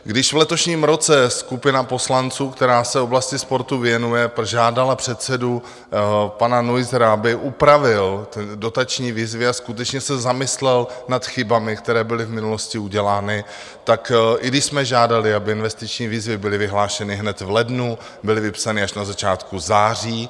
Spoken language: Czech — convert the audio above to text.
Když v letošním roce skupina poslanců, která se oblasti sportu věnuje, požádala předsedu pana Neussera, aby upravil dotační výzvy a skutečně se zamyslel nad chybami, které byly v minulosti udělány, tak i když jsme žádali, aby investiční výzvy byly vyhlášeny hned v lednu, byly vypsány až na začátku září.